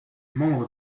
membre